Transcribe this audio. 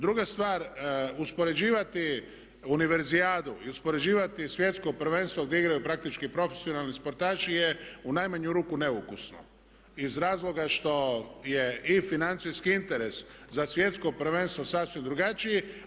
Druga stvar, uspoređivati univerzijadu i uspoređivati svjetsko prvenstvo gdje igraju praktički profesionalni sportaši je u najmanju ruku neukusno iz razloga što je i financijski interes za svjetsko prvenstvo sasvim drugačiji.